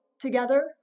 together